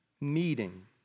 meeting